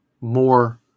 more